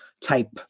type